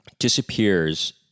disappears